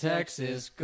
Texas